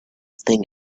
thing